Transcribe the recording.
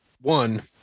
one